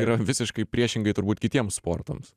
yra visiškai priešingai turbūt kitiems sportams